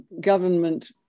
government